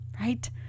right